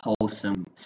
wholesome